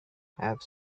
have